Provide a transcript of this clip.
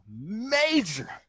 major